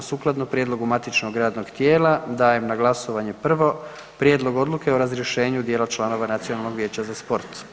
Sukladno prijedlogu matičnog radnog tijela dajem na glasovanje: 1. Prijedlog odluke o razrješenju dijela članova Nacionalnog vijeća za sport.